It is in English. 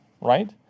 right